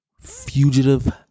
fugitive